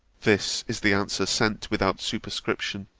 this is the answer, sent without superscription,